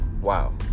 wow